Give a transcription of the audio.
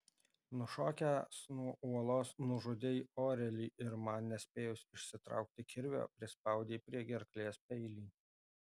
nušokęs nuo uolos nužudei orelį ir man nespėjus išsitraukti kirvio prispaudei prie gerklės peilį